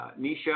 Nisha